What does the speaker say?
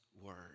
word